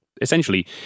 essentially